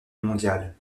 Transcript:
mondial